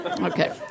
Okay